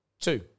Two